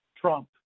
Trump